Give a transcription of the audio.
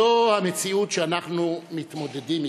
זו המציאות שאנו מתמודדים אתה,